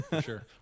sure